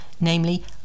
namely